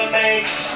makes